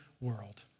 world